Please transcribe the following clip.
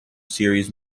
series